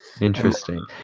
Interesting